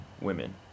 women